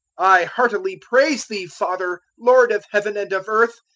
i heartily praise thee, father, lord of heaven and of earth,